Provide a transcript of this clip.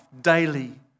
daily